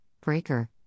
Breaker